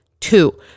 Two